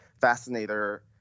fascinator